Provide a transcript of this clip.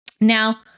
now